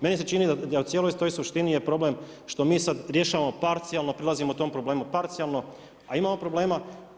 Meni se čini da cijeloj toj suštini je problem što mi sada rješavamo parcijalno, prilazimo tom problemu parcijalno a imamo problema.